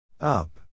up